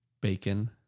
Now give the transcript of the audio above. bacon